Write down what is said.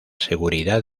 seguridad